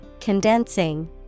condensing